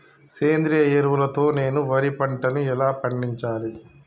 సేంద్రీయ ఎరువుల తో నేను వరి పంటను ఎలా పండించాలి?